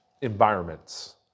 environments